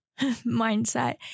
mindset